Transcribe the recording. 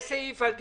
יש סעיף על דיווח.